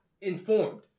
informed